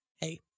hey